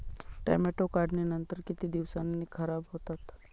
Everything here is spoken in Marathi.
टोमॅटो काढणीनंतर किती दिवसांनी खराब होतात?